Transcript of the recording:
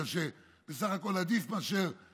בגלל שבסך הכול זה עדיף על תחבורה,